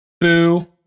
Boo